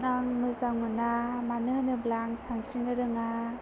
आं मोजां मोना मानो होनोब्ला आं सानस्रिनो रोङा